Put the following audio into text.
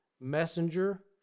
messenger